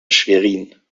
schwerin